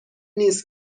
نیست